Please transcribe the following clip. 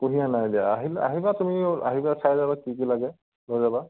কুঁহিয়াৰ নাই দিয়া আহিলে আহিবা তুমি আহিবা চাই যাবা কি কি লাগে লৈ যাবা